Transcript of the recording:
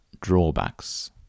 drawbacks